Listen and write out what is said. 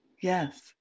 Yes